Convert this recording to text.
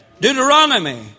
Deuteronomy